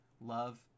love